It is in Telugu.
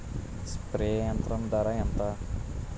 స్ప్రే యంత్రం ధర ఏంతా?